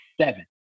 seven